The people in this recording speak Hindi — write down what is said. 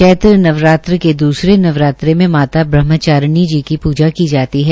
चैत्र नवरात्र के दसूरे नवरात्र में माता ब्रहमचारिणी जी की पूजा की जाती है